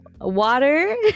water